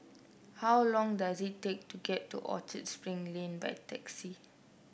how long does it take to get to Orchard Spring Lane by taxi